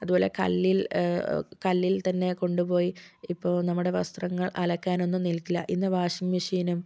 അതുപോലെ കല്ലിൽ കല്ലിൽ തന്നേ കൊണ്ടുപോയി ഇപ്പോൾ നമ്മുടെ വസ്ത്രങ്ങൾ അലക്കാൻ ഒന്നും നിൽക്കില്ല ഇന്ന് വാഷിംഗ് മെഷീനും